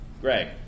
Greg